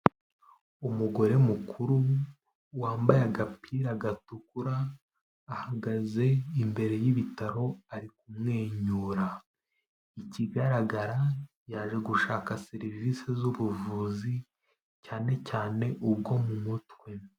Umugore mukuru wambaye agapira gatukura, ahagaze imbere y'ibitaro ari kumwenyura, ikigaragara yaje gushaka serivisi z'ubuvuzi cyane cyane ubwo mu mutwe.